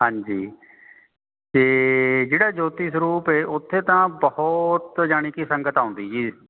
ਹਾਂਜੀ ਅਤੇ ਜਿਹੜਾ ਜੋਤੀ ਸਰੂਪ ਹੈ ਉੱਥੇ ਤਾਂ ਬਹੁਤ ਜਾਣੀ ਕਿ ਸੰਗਤ ਆਉਂਦੀ ਜੀ